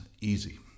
easy